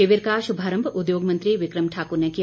शिविर का शुभारम्भ उद्योग मंत्री विक्रम ठाकुर ने किया